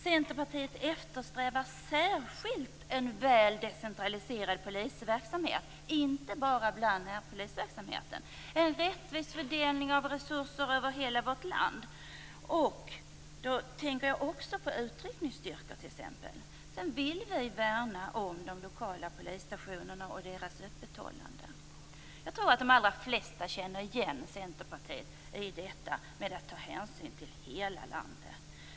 Centerpartiet eftersträvar särskilt en väl decentraliserad polisverksamhet - inte bara när det gäller närpolisverksamheten - och en rättvis fördelning av resurser över hela vårt land. Då tänker jag på t.ex. utryckningsstyrkor. Vi vill värna om de lokala polisstationerna och deras öppethållande. Jag tror att de allra flesta känner igen Centerpartiet i detta med att ta hänsyn till hela landet.